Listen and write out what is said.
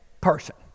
person